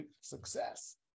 success